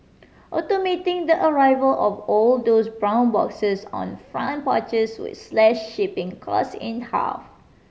automating the arrival of all those brown boxes on front porches would slash shipping cost in half